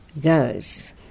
goes